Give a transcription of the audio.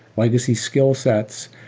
legacy skillsets,